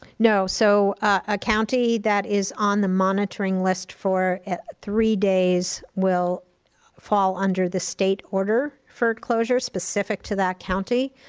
no, so, a county that is on the monitoring list for three days will fall under the state order for closure, specific to that county,